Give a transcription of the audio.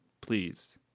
Please